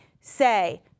say